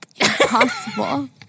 Impossible